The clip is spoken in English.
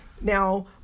Now